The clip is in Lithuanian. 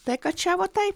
tai kad čia va taip